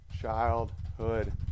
childhood